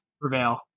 prevail